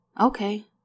Okay